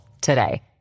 today